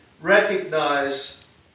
recognize